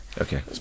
Okay